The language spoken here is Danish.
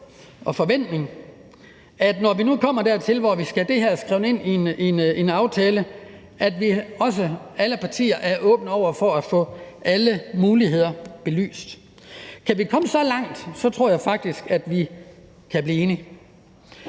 og forventning, at når vi nu kommer dertil, hvor vi skal have det her skrevet ind i en aftale, så er vi også, alle partier, åbne over for at få alle muligheder belyst. Kan vi komme så langt, tror jeg faktisk, at vi kan blive enige.